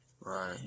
right